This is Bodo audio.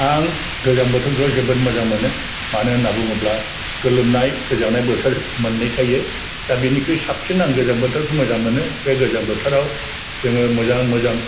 आं गोजां बोथोरखौ जोबोर मोजां मोनो मानो होनना बुङोब्ला गोलोमनाय गोजांनाय बोथोर मोननै थायो दा बेनिख्रुइ साबसिन आं गोजां बोथोरखौ मोजां मोनो बे गोजां बोथोराव जोङो मोजां मोजां